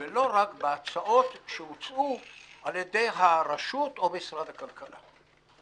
ולא רק בהצעות שהוצעו על ידי הרשות או משרד הכלכלה,